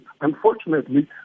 unfortunately